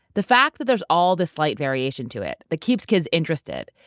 the fact that there's all this slight variation to it that keeps kids interested,